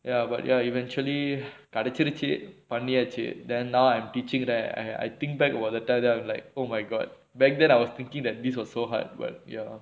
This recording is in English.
ya but ya eventually கிடைச்சிருச்சு பண்ணியாச்சு:kidaichuruchu panniyaachu then now I'm teaching right I I think back about the time like oh my god back then I was thinking that this was so hard [what] ya